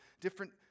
different